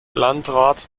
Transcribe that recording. landrat